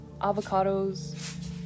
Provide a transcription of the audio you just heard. avocados